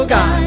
God